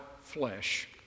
flesh